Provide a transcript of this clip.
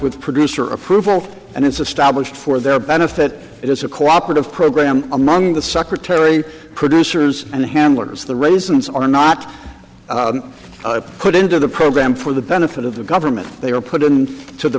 with producer approval and it's established for their benefit it is a cooperative program among the secretary producers and handlers the raisins are not put into the program for the benefit of the government they are put in to the